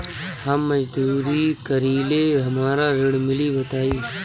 हम मजदूरी करीले हमरा ऋण मिली बताई?